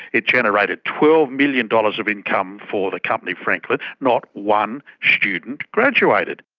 it generated twelve million dollars of income for the company franklin. not one student graduated.